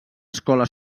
escola